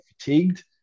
fatigued